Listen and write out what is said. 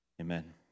Amen